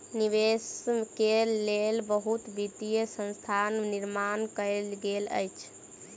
निवेश के लेल बहुत वित्तीय संस्थानक निर्माण कयल गेल अछि